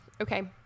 Okay